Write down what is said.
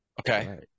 Okay